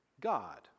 God